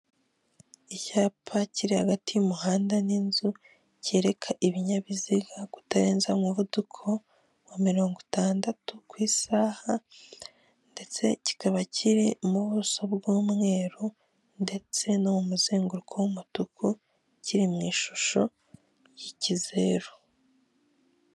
Icyapa kiri hagati y'umuhanda n'inzu kereka ibinyabiziga kutarenza umuvuduko wa mirongo itandatu ku isaha, ndetse kikaba kiri mu buso bw'umweru ndetse no mu muzenguruko w'umutuku kiri mu ishusho y'ikizeru.